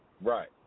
Right